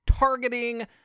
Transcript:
Targeting